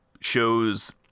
shows